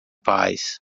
paz